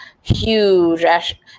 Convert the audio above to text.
huge